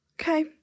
Okay